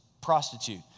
prostitute